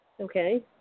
Okay